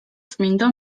წმინდა